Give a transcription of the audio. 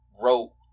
wrote